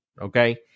Okay